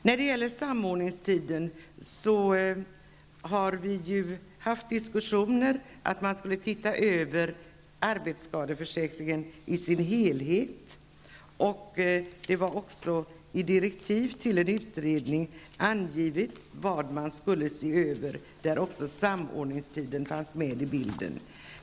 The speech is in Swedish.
När det gäller samordningstiden har vi haft diskussioner om att man skulle se över arbetsskadeförsäkringen i dess helhet. Det var också i direktiven till utredningen angivet vad man skulle se över. Där fanns samordningstiden med i bilden.